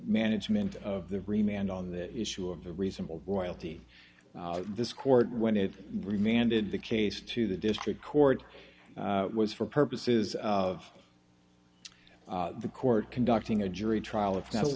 management of the remained on that issue of the reasonable royalty this court when it remained in the case to the district court was for purposes of the court conducting a jury trial if that